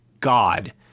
God